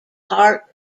heart